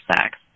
sex